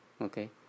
Okay